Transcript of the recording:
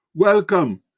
Welcome